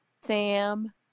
Sam